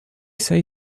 say